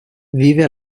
vive